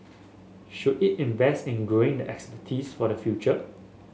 should it invest in growing the expertise for the future